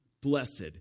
Blessed